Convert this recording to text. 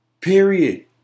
period